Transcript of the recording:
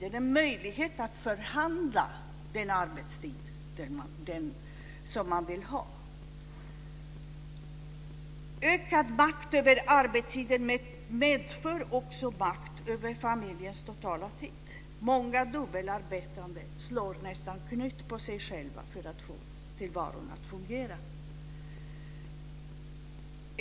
De behöver en möjlighet att förhandla om den arbetstid som man vill ha. Ökad makt över arbetstiden medför också makt över familjens totala tid. Många dubbelarbetande slår nästan knut på sig själva för att få tillvaron att fungera.